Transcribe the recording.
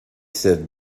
cette